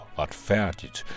retfærdigt